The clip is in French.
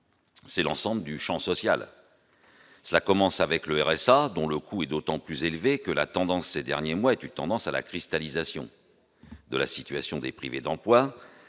c'est l'ensemble du Champ social, cela commence avec le RSA, dont le coût est d'autant plus élevé que la tendance ces derniers mois est une tendance à la cristallisation de la situation des privés d'emploi